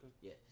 Yes